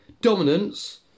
dominance